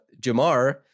Jamar